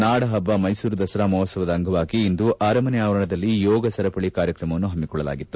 ನಾಡಪಬ್ಬ ಮೈಸೂರು ದಸರಾ ಮಹೋತ್ಸವದ ಅಂಗವಾಗಿ ಇಂದು ಅರಮನೆ ಆವರಣದಲ್ಲಿ ಯೋಗ ಸರಪಳಿ ಕಾರ್ಯಕ್ರಮವನ್ನು ಹಮ್ಮಿಕೊಳ್ಳಲಾಗಿತ್ತು